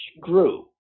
grew